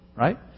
Right